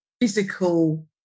physical